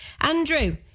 Andrew